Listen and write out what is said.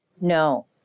No